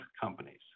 companies